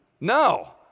No